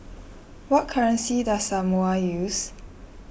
what currency does Samoa use